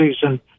season